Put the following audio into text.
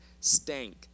stank